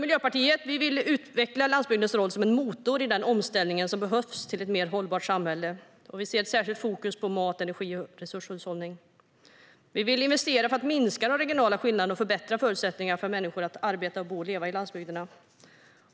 Miljöpartiet vill utveckla landsbygdens roll som motor för Sveriges omställning till ett mer hållbart samhälle med särskilt fokus på mat, energi och resurshushållning. Vi vill investera för att minska de regionala skillnaderna och förbättra förutsättningarna för människor att arbeta, bo och leva i landsbygderna.